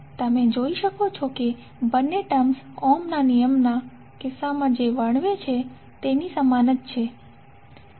તો તમે જોઈ શકો છો કે બંને ટર્મ્સ ઓહમના નિયમના કિસ્સામાં જે વર્ણવ્યું છે તેની સમાન છે